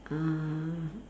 uh